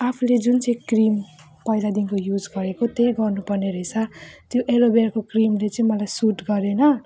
आफूले जुन चाहिँ क्रिम पहिलादेखिको युज गरेको त्यही गर्नुपर्ने रहेछ त्यो एलोभेराको क्रिमले चाहिँ मलाई सुट गरेन